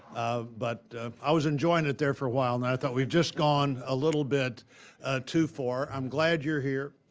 but i was enjoying it there for a while, and i thought we'd just gone a little bit too far. i'm glad you're here.